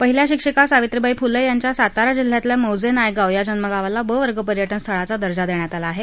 पहिल्या शिक्षिका सावित्रीबाई फुले यांच्या सातारा जिल्ह्यातल्या मौजे नायगाव या जन्मगावाला ब वर्ग पर्यटनस्थळाचा दर्जा देण्यात आला आहे